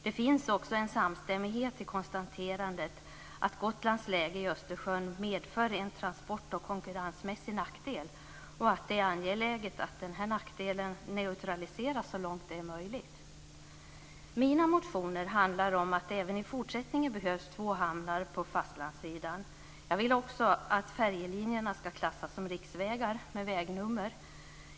Det finns också en samstämmighet i konstaterandet att Gotlands läge i Östersjön medför en transport och konkurrensmässig nackdel och att det är angeläget att denna nackdel neutraliseras så långt det är möjligt. Mina motioner handlar om att det även i fortsättningen behövs två hamnar på fastlandssidan. Jag vill också att färjelinjerna ska klassas som riksvägar med vägnummer.